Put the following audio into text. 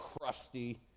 crusty